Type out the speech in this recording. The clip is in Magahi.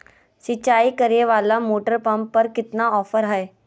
सिंचाई करे वाला मोटर पंप पर कितना ऑफर हाय?